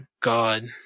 God